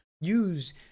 use